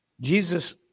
Jesus